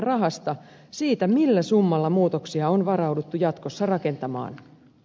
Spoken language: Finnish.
siitä millä summalla muutoksia on varauduttu jatkossa rakentamaan